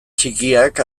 txikiak